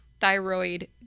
thyroid